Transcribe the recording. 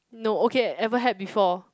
no okay ever had before